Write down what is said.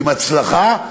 עם הצלחה,